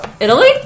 Italy